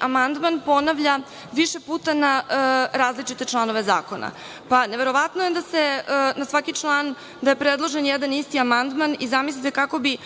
amandman ponavlja više puta na različite članove zakona. Neverovatno je da se na svaki član gde je predložen jedan isti amandman, i zamislite kako bi